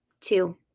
Two